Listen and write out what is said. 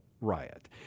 riot